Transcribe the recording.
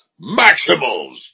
Maximals